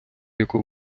яку